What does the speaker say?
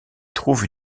trouve